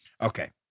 Okay